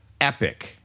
epic